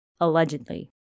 allegedly